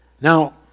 Now